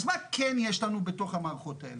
אז מה כן יש לנו בתוך המערכות האלה?